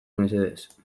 mesedez